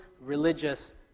religious